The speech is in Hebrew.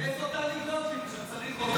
איפה טלי גוטליב כשצריך אותה?